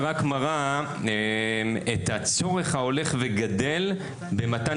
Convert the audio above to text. רק שאני משמר משהו אחד ואומר,